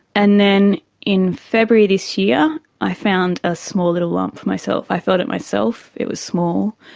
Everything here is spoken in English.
and then in february this year i found a small little lump myself. i felt it myself, it was small.